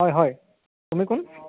হয় হয় তুমি কোন